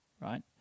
right